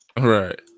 Right